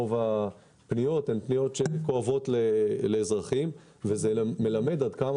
רוב הפניות הן פניות שכואבות לאזרחים וזה מלמד עד כמה